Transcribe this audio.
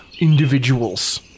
individuals